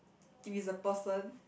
if it's a person